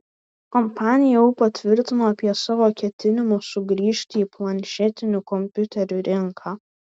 kompanija jau patvirtino apie savo ketinimus sugrįžti į planšetinių kompiuterių rinką